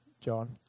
John